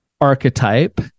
archetype